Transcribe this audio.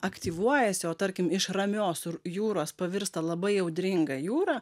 aktyvuojasi o tarkim iš ramios jūros pavirsta labai audringa jūra